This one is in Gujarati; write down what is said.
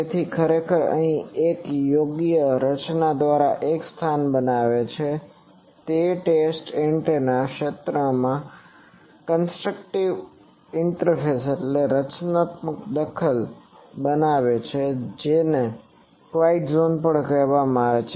તેથી આ ખરેખર અહીં એક યોગ્ય રચના દ્વારા એક સ્થાન બનાવે છે તે ટેસ્ટ એન્ટેનાના ક્ષેત્રમાં કન્સ્ટ્રકટીવ ઈન્ટરફેરન્સ રચનાત્મક દખલ constructive interference બનાવે છે જેને ક્વાઈટ ઝોન પણ કહેવામાં આવે છે